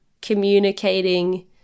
communicating